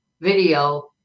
video